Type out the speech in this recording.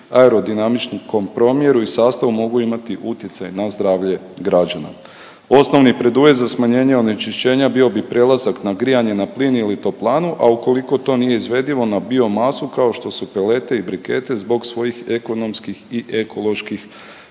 aerodinamičkom promjeru i sastavu mogu imati utjecaj na zdravlje građana. Osnovni preduvjet za smanjenje onečišćenja bio bi prelazak na grijanje na plin ili toplanu, a ukoliko to nije izvedivo na biomasu kao što su pelete i brikete, zbog svojih ekonomskih i ekoloških